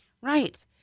Right